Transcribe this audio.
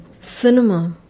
Cinema